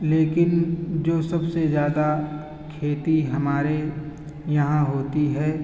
لیکن جو سب سے زیادہ کھیتی ہمارے یہاں ہوتی ہے